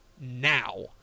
now